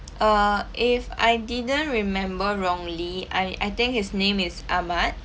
err if I didn't remember wrongly I I think his name is ahmad